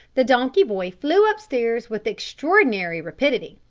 the donkey-boy flew upstairs with extraordinary rapidity.